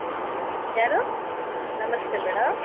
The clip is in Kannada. ಯಾರು ನಮಸ್ತೆ ಮೇಡಮ್